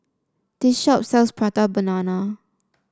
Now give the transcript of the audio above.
this shop sells Prata Banana